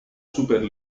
super